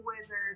wizard